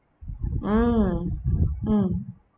mm mm